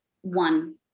one